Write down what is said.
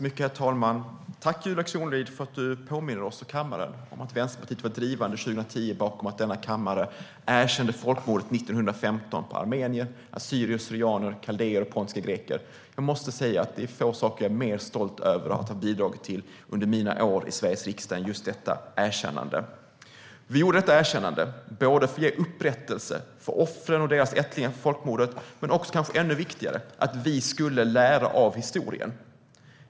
Herr talman! Tack, Julia Kronlid, för att du påminner oss i kammaren om att Vänsterpartiet var drivande 2010 bakom att denna kammare erkände folkmordet 1915 på armenier, assyrier/syrianer, kaldéer och pontiska greker! Jag måste säga att det är få saker jag är mer stolt över att ha bidragit till under mina år i Sveriges riksdag än just detta erkännande. Vi gjorde detta erkännande för att ge upprättelse för offren för folkmordet och deras ättlingar men också - det är kanske ännu viktigare - för att vi skulle lära av historien.